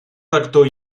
rector